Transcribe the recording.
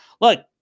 look